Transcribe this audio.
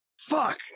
fuck